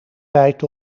tijd